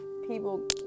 people